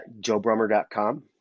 joebrummer.com